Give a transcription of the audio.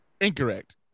Incorrect